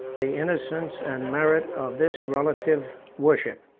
the innocence and merit of this relative worship.